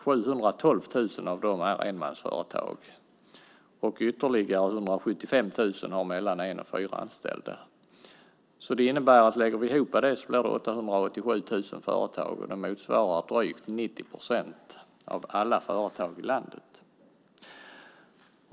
712 000 av dem är enmansföretag. Ytterligare 175 000 har mellan en och fyra anställda. Lägger vi ihop det blir det 887 000 företag, och det motsvarar över 90 procent av alla företag i landet.